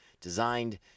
designed